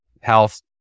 health